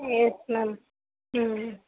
S ma'am ம்